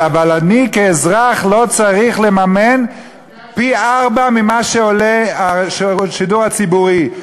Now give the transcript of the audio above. אבל אני כאזרח לא צריך לממן פי-ארבעה ממה שעולה השידור הציבורי.